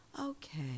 okay